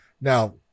Now